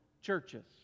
churches